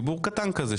ציבור קטן כזה,